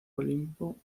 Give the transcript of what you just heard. olimpo